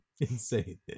Insane